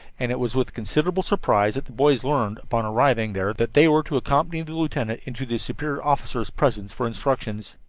and it was with considerable surprise that the boys learned, upon arriving there, that they were to accompany the lieutenant into the superior officer's presence for instructions.